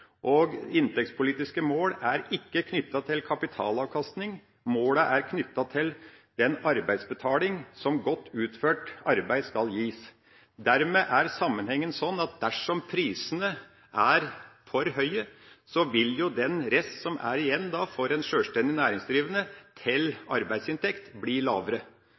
og inntektspolitiske mål er ikke knyttet til kapitalavkastning. Målet er knyttet til den arbeidsbetaling som godt utført arbeid skal gi. Dermed er sammenhengen sånn at dersom prisene er for høye, vil den rest som er igjen for en sjølstendig næringsdrivende til arbeidsinntekt, bli lavere.